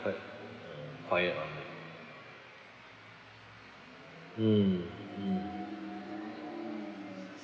quite uh quiet [one] only mm mm